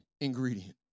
ingredient